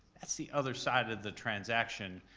that's the other side of the transaction.